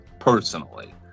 Personally